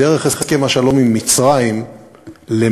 דרך הסכם השלום עם מצרים למעשה